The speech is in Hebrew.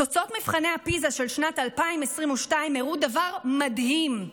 תוצאות מבחני פיז"ה של שנת 2022 הראו דבר מדהים: